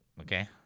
okay